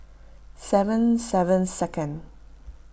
seven seven second